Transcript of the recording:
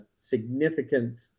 significant